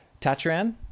Tatran